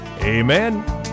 Amen